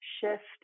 shift